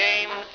Game